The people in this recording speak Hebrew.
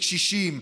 לקשישים,